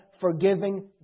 forgiving